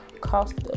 cost